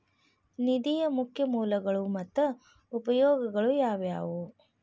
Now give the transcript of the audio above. ನಿಧಿಯ ಮುಖ್ಯ ಮೂಲಗಳು ಮತ್ತ ಉಪಯೋಗಗಳು ಯಾವವ್ಯಾವು?